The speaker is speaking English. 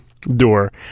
door